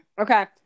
Okay